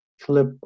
clip